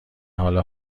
حال